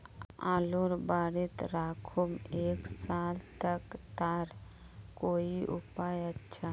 आलूर बारित राखुम एक साल तक तार कोई उपाय अच्छा?